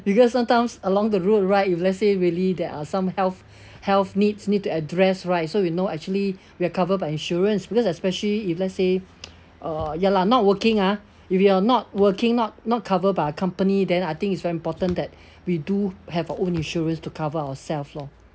because sometimes along the route right if let's say really there're some health health needs need to address right so we know actually we are covered by insurance because especially if let's say uh ya lah not working ah if you're not working not not covered by a company then I think it's very important that we do have our own insurance to cover ourselves lor